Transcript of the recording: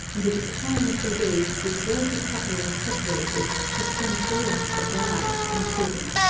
in the decline of their days this worthy couple were separated, to spend the rest of their life in prison